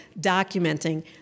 documenting